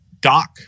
Doc